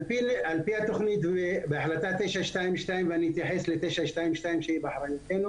על פי התכנית בהחלטה 922 ואני אתייחס ל-922 שבאחריותנו